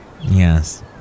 Yes